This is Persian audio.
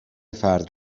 فرد